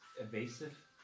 Evasive